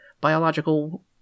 biological